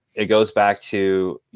it goes back to,